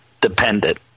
dependent